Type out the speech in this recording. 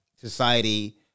society